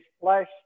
flesh